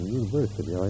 university